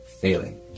failing